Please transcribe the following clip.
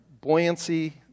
buoyancy